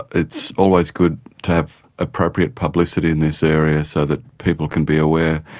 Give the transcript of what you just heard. it's always good to have appropriate publicity in this area so that people can be aware,